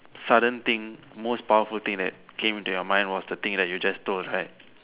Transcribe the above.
sudden thing most powerful thing that came into your mind was the thing you just told right